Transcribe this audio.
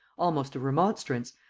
almost of remonstrance,